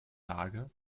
lage